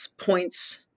points